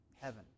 heaven